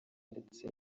ndetse